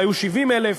היו 70,000,